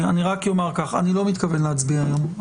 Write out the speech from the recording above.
אני רק אומר שאני לא מתכוון להצביע היום.